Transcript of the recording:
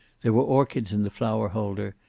there were orchids in the flower-holder,